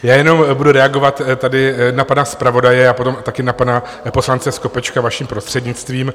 Já jenom budu reagovat tady na pana zpravodaje a potom taky na pana poslance Skopečka, vaším prostřednictvím.